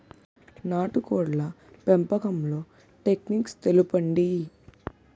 నాటుకోడ్ల పెంపకంలో టెక్నిక్స్ తెలుపండి?